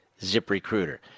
ZipRecruiter